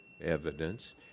evidence